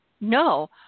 no